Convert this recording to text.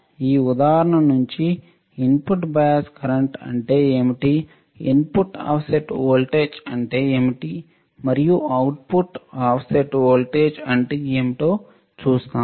ఈ ఉదాహరణ నుండి ఇన్పుట్ బయాస్ కరెంట్ అంటే ఏమిటి ఇన్పుట్ ఆఫ్సెట్ వోల్టేజ్ అంటే ఏమిటి మరియు అవుట్పుట్ ఆఫ్సెట్ వోల్టేజ్ అంటే ఏమిటో చూసాం